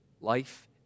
Life